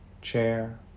chair